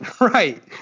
Right